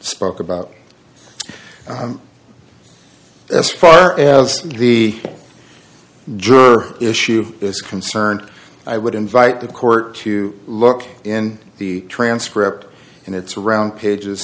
spoke about as far as the juror issue is concerned i would invite the court to look in the transcript and it's around pages